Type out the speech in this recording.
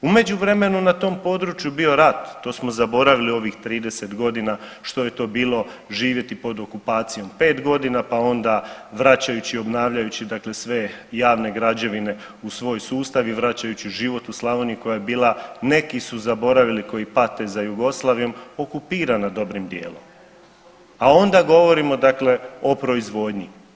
U međuvremenu na tom području je bio rat, to smo zaboravili u ovih 30 godina što je to bilo živjeti pod okupacijom, 5 godina pa onda vraćajući i obnavljajući dakle sve javne građevine u svoj sustav i vraćajući život u Slavoniji koja je bila, neki su zaboravili koji pate za Jugoslavijom, okupirana dobrim dijelom, a onda govorimo dakle o proizvodnji.